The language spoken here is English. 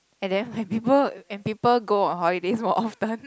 and then when people and people go on holidays more often